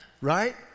Right